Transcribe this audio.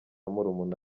murumuna